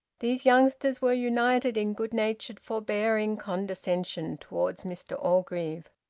these youngsters were united in good-natured forbearing condescension towards mr orgreave.